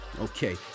okay